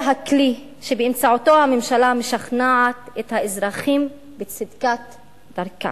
הכלי שבאמצעותו הממשלה משכנעת את האזרחים בצדקת דרכה.